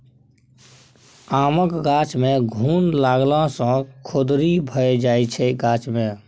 आमक गाछ मे घुन लागला सँ खोदरि भए जाइ छै गाछ मे